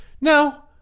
Now